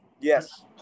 Yes